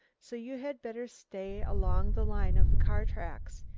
so you had better stay along the line of the car tracks.